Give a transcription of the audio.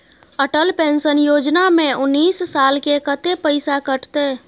Atal pension योजना में उनैस साल के कत्ते पैसा कटते?